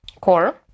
Core